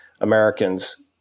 Americans